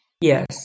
Yes